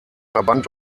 verband